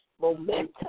Momentum